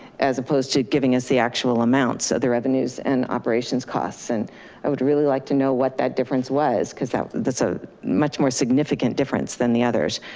as opposed to giving us the actual amounts of the revenues and operations costs. and i would really like to know what that difference was, cause that's that's a much more significant difference than the others,